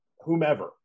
whomever